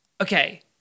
Okay